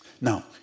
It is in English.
Now